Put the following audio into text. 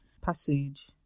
passage